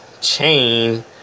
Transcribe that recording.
chain